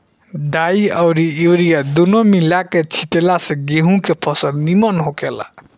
डाई अउरी यूरिया दूनो मिला के छिटला से गेंहू के फसल निमन होखेला